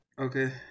Okay